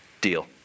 deal